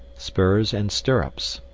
spurs and stirrups